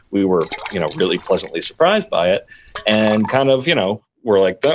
we were you know really pleasantly surprised by it and kind of you know were like, but